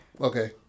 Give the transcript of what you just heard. Okay